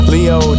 Leo